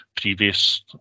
previous